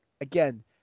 again